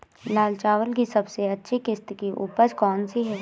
लाल चावल की सबसे अच्छी किश्त की उपज कौन सी है?